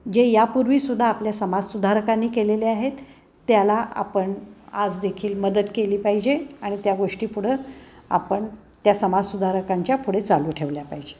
जे यापूर्वी सुद्धा आपल्या समाजसुधारकांनी केलेले आहेत त्याला आपण आज देखील मदत केली पाहिजे आणि त्या गोष्टी पुढं आपण त्या समाजसुधारकांच्या पुढे चालू ठेवल्या पाहिजे